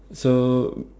so